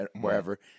wherever